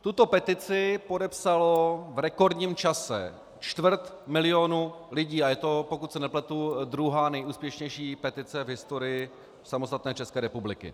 Tuto petici podepsalo v rekordním čase čtvrt milionu lidí a je to, pokud se nepletu, druhá nejúspěšnější petice v historii samostatné České republiky.